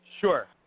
Sure